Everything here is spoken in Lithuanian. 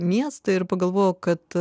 miestą ir pagalvojau kad